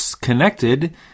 connected